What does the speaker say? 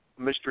Mr